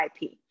IP